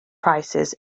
prices